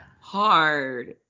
hard